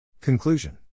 Conclusion